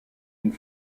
une